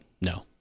No